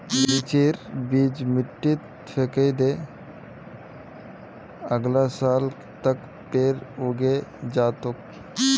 लीचीर बीज मिट्टीत फेकइ दे, अगला साल तक पेड़ उगे जा तोक